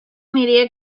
media